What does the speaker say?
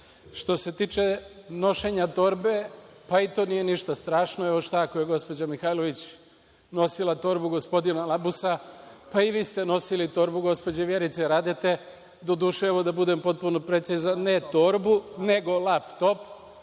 se tiče nošenja torbe, pa i to nije ništa strašno. Evo, šta ako je gospođa Mihajlović nosila torbu gospodina Labusa, pa i vi ste nosili torbu gospođe Vjerice Radete, doduše, da budem potpuno precizan, ne torbu, nego laptop,